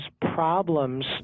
problems